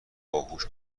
باهوش